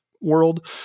world